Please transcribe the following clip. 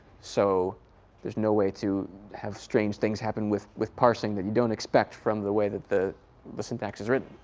so there's no way to have strange things happen with with parsing that you don't expect from the way that the the syntax is written.